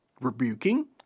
rebuking